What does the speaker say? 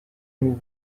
nous